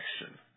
action